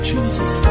Jesus